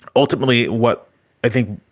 ultimately, what i think,